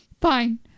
Fine